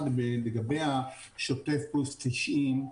לגבי השוטף פלוס 90,